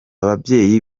babyeyi